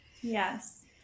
Yes